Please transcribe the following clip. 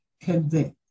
Convict